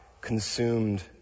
consumed